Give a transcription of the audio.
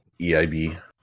Eib